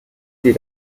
sie